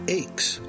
aches